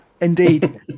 indeed